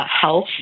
health